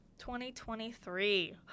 2023